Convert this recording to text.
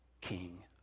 King